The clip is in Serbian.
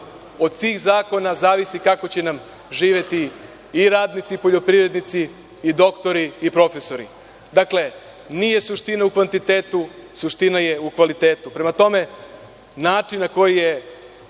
od tih zakona zavisi kako će nam živeti i radnici i poljoprivrednici i doktori i profesori. Dakle, nije suština u kvantitetu, suština je u kvalitetu. Prema tome, način na koji je